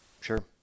Sure